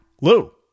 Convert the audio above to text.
Lou